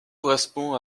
correspond